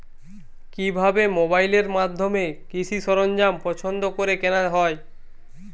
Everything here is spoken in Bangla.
কিভাবে মোবাইলের মাধ্যমে কৃষি সরঞ্জাম পছন্দ করে কেনা হয়?